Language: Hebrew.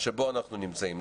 שבו אנחנו נמצאים.